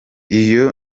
iyo